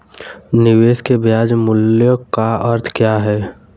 निवेश के ब्याज मूल्य का अर्थ क्या है?